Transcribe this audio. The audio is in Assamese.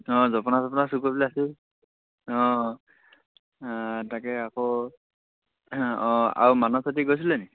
অঁ জপনা চপনা চুৰ কৰিবলৈ আছেই অঁ তাকে আকৌ অঁ আৰু মানস ছেত্ৰী গৈছিলে নেকি